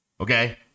Okay